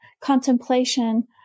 contemplation